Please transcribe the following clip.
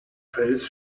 face